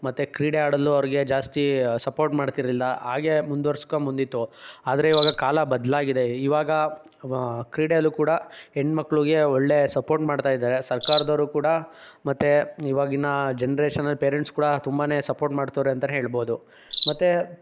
ಮತ್ತೆ ಕ್ರೀಡೆ ಆಡಲು ಅವ್ರಿಗೆ ಜಾಸ್ತಿ ಸಪೋರ್ಟ್ ಮಾಡ್ತಿರಲಿಲ್ಲ ಹಾಗೆ ಮುಂದ್ವರ್ಸ್ಕೊಂಬಂದಿತ್ತು ಆದರೆ ಈವಾಗ ಕಾಲ ಬದಲಾಗಿದೆ ಈವಾಗ ಕ್ರೀಡೆಯಲ್ಲೂ ಕೂಡ ಹೆಣ್ಮಕ್ಳಿಗೆ ಒಳ್ಳೆಯ ಸಪೋರ್ಟ್ ಮಾಡ್ತಾ ಇದ್ದಾರೆ ಸರ್ಕಾರದವರು ಕೂಡ ಮತ್ತು ಈವಾಗಿನ ಜನ್ರೇಷನ್ನಲ್ಲಿ ಪೇರೆಂಟ್ಸ್ ಕೂಡ ತುಂಬಾ ಸಪೋರ್ಟ್ ಮಾಡ್ತಾವ್ರೆ ಅಂತನೇ ಹೇಳ್ಬೋದು ಮತ್ತು